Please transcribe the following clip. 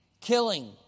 Killing